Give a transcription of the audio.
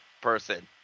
person